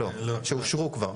לא, שאושרו כבר.